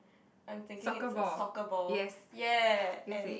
I'm thinking it's a soccer ball ya and